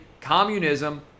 communism